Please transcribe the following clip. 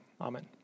amen